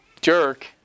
jerk